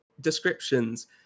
descriptions